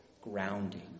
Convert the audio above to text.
grounding